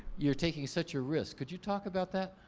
you're taking such a risk. could you talk about that?